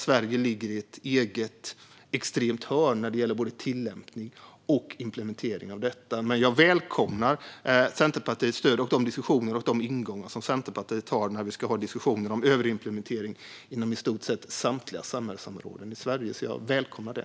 Sverige ligger i ett eget extremt hörn när det gäller både tillämpning och implementering. Jag välkomnar dock Centerpartiets stöd och de ingångar som Centerpartiet har när vi ska ha diskussioner om överimplementering inom i stort sett samtliga samhällsområden i Sverige.